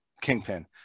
Kingpin